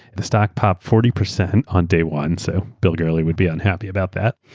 the stock popped forty percent on day one. so bill gurley would be unhappy about that.